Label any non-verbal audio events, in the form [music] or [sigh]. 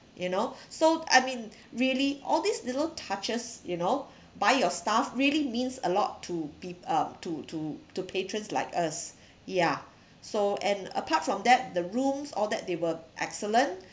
you know [breath] so I mean really all these little touches you know by your staff really means a lot to peo~ uh to to to patrons like us [breath] ya so and apart from that the rooms all that they were excellent